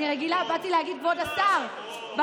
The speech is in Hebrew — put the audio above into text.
את לא צריכה להגיד לי "כבוד", אני לא היושב-ראש.